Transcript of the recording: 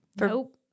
Nope